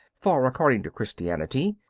for, according to christianity,